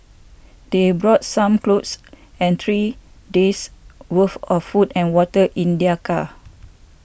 they brought some clothes and three days' worth of food and water in their car